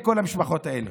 לכל המשפחות האלה.